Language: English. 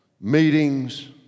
meetings